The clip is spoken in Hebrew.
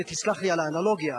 ותסלח לי על האנלוגיה,